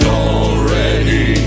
already